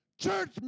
Church